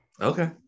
okay